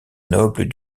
nobles